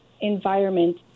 environment